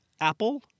apple